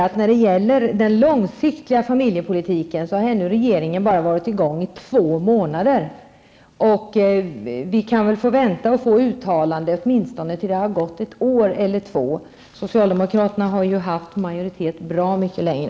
När det gäller den långsiktiga familjepolitiken vill jag säga att den nuvarande regeringen har suttit i regeringsställning i bara två månader, och sådana uttalanden kan väl vänta tills det har gått ett år eller två. Socialdemokraterna har ju varit i regeringsställning bra mycket längre.